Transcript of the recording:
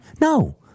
No